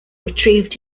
retrieved